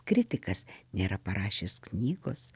kritikas nėra parašęs knygos